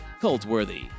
cult-worthy